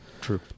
True